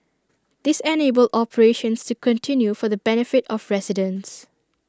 this enabled operations to continue for the benefit of residents